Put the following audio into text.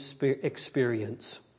experience